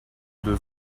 des